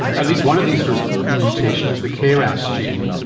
at least one of these mutations, the kras gene,